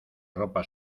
ropa